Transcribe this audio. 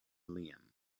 liam